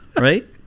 right